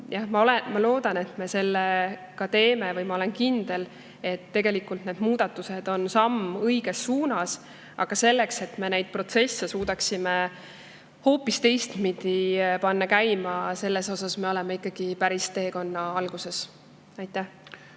ma loodan, et me teeme selle ära. Ma olen kindel, et tegelikult need muudatused on samm õiges suunas. Aga selleks, et me neid protsesse suudaksime hoopis teistpidi panna käima, [tuleb veel palju teha]. Selles osas me oleme ikkagi päris teekonna alguses. Aitäh!